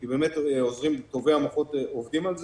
כי באמת טובי המוחות עובדים על זה.